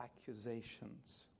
accusations